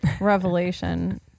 revelation